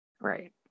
Right